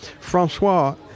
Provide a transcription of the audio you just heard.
Francois